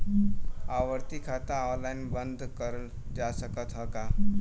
आवर्ती खाता ऑनलाइन बन्द करल जा सकत ह का?